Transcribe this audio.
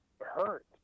hurt